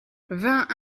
vingt